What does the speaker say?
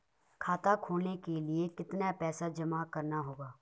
खाता खोलने के लिये कितना पैसा जमा करना होगा?